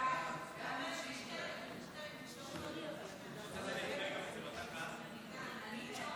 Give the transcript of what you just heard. להעביר את הצעת חוק למניעת הטרדה מינית (תיקון,